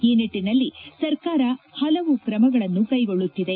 ಈ ನಿಟ್ಟನಲ್ಲಿ ಸರ್ಕಾರ ಹಲವು ಕ್ರಮಗಳನ್ನು ಕ್ಲೆಗೊಳ್ಲತ್ತಿದೆ